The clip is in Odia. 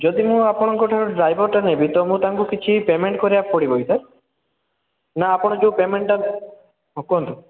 ଯଦି ମୁଁ ଆପଣଙ୍କ ଠାରୁ ଡ଼୍ରାଇଭର୍ଟା ନେବି ତ ମୁଁ ତା'କୁ କିଛି ପେମେଣ୍ଟ୍ କରିବାକୁ ପଡ଼ିବ କି ସାର୍ ନା ଆପଣ ଯୋଉ ପେମେଣ୍ଟ୍ଟା ହଁ କୁହନ୍ତୁ